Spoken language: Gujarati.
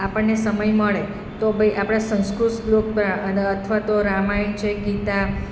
આપણને સમય મળે તો ભાઈ આપણે સંસ્કૃત શ્લોકના અને અથવા તો રામાયણ છે ગીતા